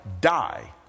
die